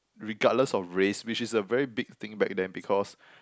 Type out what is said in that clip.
regardless of race which is a very big thing back then because